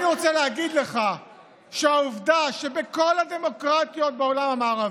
אני רוצה להגיד לך שעובדה שבכל הדמוקרטיות בעולם המערבי,